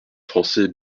français